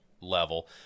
level